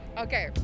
Okay